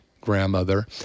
grandmother